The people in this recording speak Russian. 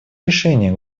решение